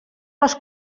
les